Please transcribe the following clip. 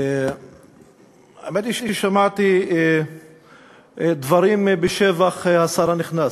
האמת היא ששמעתי דברים בשבח השר הנכנס,